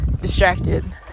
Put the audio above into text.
distracted